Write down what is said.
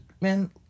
man